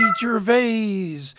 Gervais